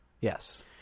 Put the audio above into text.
Yes